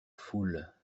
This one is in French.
foule